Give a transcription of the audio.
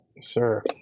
sir